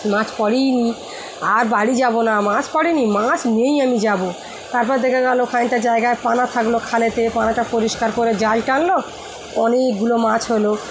মাছ পরেইনি আর বাড়ি যাবো না মাছ পরেনি মাছ নিয়েই আমি যাবো তারপর দেখে গেলো ওখানটা জায়গায় পানা থাকলো খালেতে পানাটা পরিষ্কার করে জাল টানলো অনেকগুলো মাছ হলো